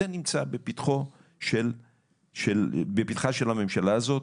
זה נמצא בפתחה של הממשלה הזאת,